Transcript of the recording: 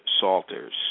Salters